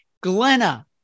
Glenna